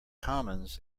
commons